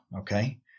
Okay